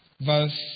verse